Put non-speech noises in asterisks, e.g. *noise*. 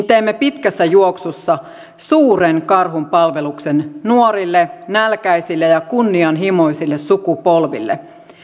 *unintelligible* teemme pitkässä juoksussa suuren karhunpalveluksen nuorille nälkäisille ja kunnianhimoisille sukupolville